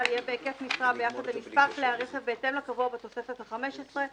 יהיה בהיקף משרה ביחס למספר כלי הרכב בהתאם לקבוע בתוספת החמש עשרה,